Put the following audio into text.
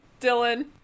Dylan